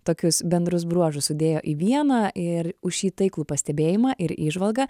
tokius bendrus bruožus sudėjo į vieną ir už šį taiklų pastebėjimą ir įžvalgą